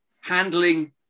handling